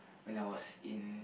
when I was in